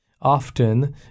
often